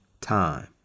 time